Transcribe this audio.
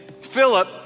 Philip